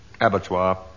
Abattoir